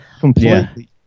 completely